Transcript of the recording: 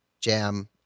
Jam